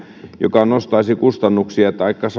joka nostaisi kustannuksia